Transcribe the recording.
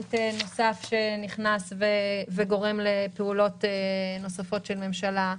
וריאנט נוסף שנכנס וגורם לפעולות נוספות של ממשלה.